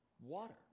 Water